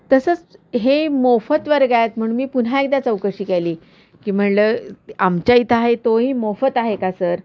तसंच हे मोफत वर्ग आहेत म्हणून मी पुन्हा एकदा चौकशी केली की म्हणलं आमच्या इथं आहे तोही मोफत आहे का सर